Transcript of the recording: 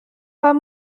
pas